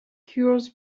cures